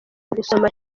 gusoma